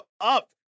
up